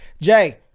Jay